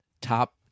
Top